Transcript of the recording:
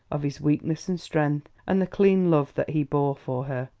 of his weakness and strength and the clean love that he bore for her,